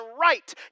right